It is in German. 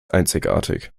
einzigartig